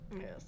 Yes